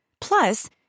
Plus